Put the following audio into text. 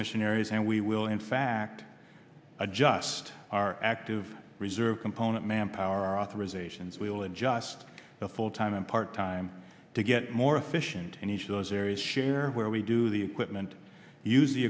missionaries and we will in fact adjust our active reserve component manpower our authorisations we'll adjust the full time and part time to get more efficient in each of those areas share where we do the equipment used the